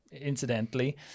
incidentally